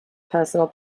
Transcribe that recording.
personal